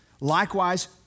likewise